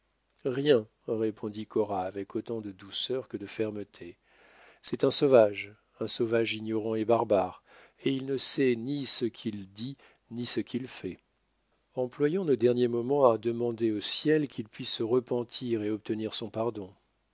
rien répondit cora avec autant de douceur que de fermeté c'est un sauvage un sauvage ignorant et barbare et il ne sait ni ce qu'il dit ni ce qu'il fait employons nos derniers moments à demander au ciel qu'il puisse se repentir et obtenir son pardon